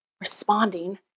responding